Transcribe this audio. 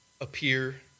appear